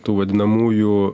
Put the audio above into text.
tų vadinamųjų